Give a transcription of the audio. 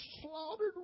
slaughtered